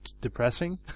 depressing